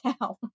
town